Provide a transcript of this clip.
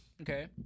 Okay